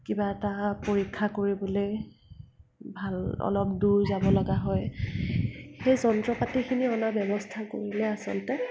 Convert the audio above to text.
কিবা এটা পৰীক্ষা কৰিবলৈ ভাল অলপ দূৰ যাব লগা হয় সেই যন্ত্ৰ পাতিখিনি অনা ব্যৱস্থা কৰিলে আচলতে